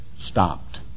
stopped